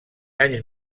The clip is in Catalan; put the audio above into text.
anys